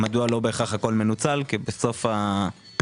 מדוע לא בהכרח הכול מנוצל כי בסוף התקצוב